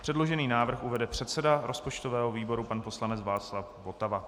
Předložený návrh uvede předseda rozpočtového výboru pan poslanec Václav Votava.